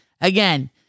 again